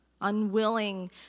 Unwilling